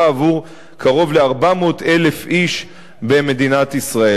עבור קרוב ל-400,000 איש במדינת ישראל.